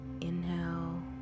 inhale